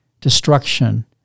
destruction